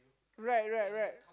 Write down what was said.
right right right